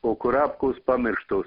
o kurapkos pamirštos